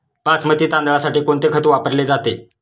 बासमती तांदळासाठी कोणते खत वापरले जाते?